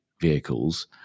vehicles